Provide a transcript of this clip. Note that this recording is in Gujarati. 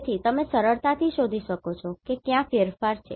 તેથી તમે સરળતાથી શોધી શકો છો કે કયા ફેરફારો છે